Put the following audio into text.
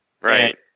Right